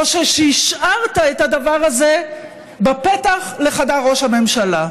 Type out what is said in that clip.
או שהשארת את הדבר הזה בפתח לחדר ראש הממשלה.